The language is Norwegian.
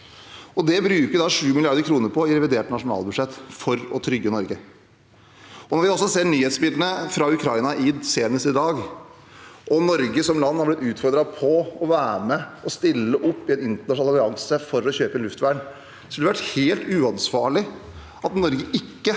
Det bruker vi 7 mrd. kr på i revidert nasjonalbudsjett – for å trygge Norge. Når vi nå ser nyhetsbildene fra Ukraina, senest i dag, og når Norge som land har blitt utfordret på å være med på å stille opp i en internasjonal allianse for å kjøpe luftvern, ville det vært helt uansvarlig om Norge ikke